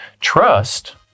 Trust